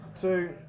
two